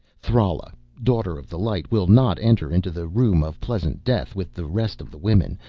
thrala, daughter of the light, will not enter into the room of pleasant death with the rest of the women,